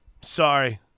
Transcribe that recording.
Sorry